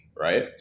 right